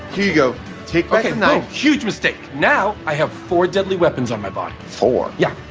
here you go take like a. no. huge mistake. no. i have four deadly weapons on my body. four. yeah.